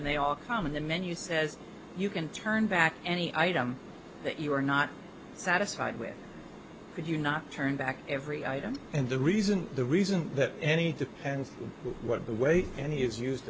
and they all come in the menu says you can turn back any item that you were not satisfied with would you not turn back every item and the reason the reason that any and what the way any is used